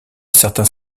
certains